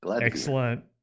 Excellent